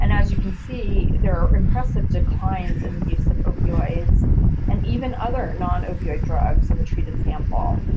and as you can see there are impressive declines in the use of opioids and even other non opioid drugs in the treated sample.